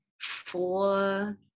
four